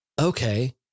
okay